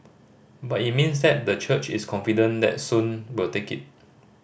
but it means that the church is confident that Sun will make it